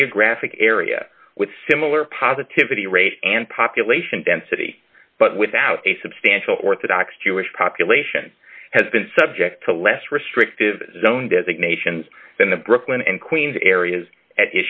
geographic area with similar positivity rate and population density but without a substantial orthodox jewish population has been subject to less restrictive zone designations than the brooklyn and queens areas at